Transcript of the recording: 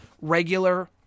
regular